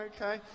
okay